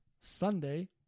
Sunday